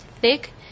thick